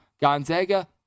Gonzaga